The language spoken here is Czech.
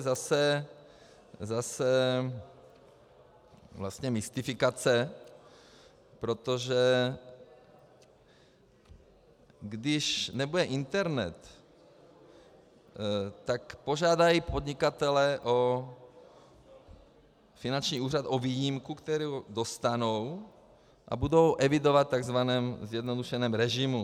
To je zase vlastně mystifikace, protože když nebude internet, tak požádají podnikatelé finanční úřad o výjimku, kterou dostanou, a budou evidovat v tzv. zjednodušeném režimu.